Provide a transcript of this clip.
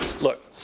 Look